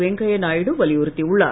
வெங்கையநாயுடு வலியுறுத்தியுள்ளார்